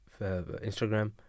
Instagram